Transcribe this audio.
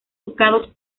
ducados